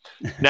Now